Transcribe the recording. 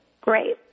Great